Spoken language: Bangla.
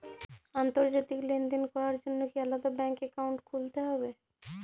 আন্তর্জাতিক লেনদেন করার জন্য কি আলাদা ব্যাংক অ্যাকাউন্ট খুলতে হবে?